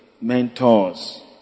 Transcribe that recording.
Mentors